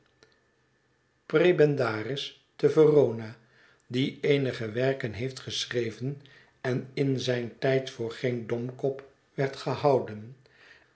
prebendaris te ver o na die eenige werken heeft geschreven en in zijn tijd voor geen domkop werd gehouden